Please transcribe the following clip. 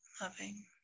Loving